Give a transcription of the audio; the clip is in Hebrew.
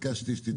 ביקשתי שתתחשב.